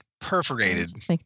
Perforated